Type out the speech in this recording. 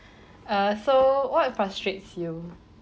uh so what frustrates you